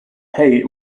hey